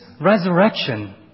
resurrection